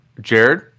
Jared